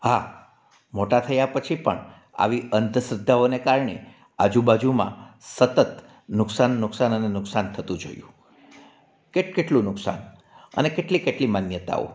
હા મોટા થયા પછી પણ આવી અંધશ્રદ્ધાઓને કારણે આજુબાજુમાં સતત નુકસાન નુકસાન નુકસાન થતું જોયું કેટ કેટલું નુકસાન અને કેટલી કેટલી માન્યતાઓ